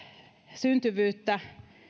syntyvyyttä